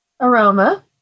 aroma